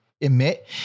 emit